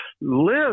live